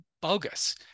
bogus